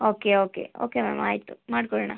okay okay okay ma'am ಆಯಿತು ಮಾಡಿಕೊಡೋಣ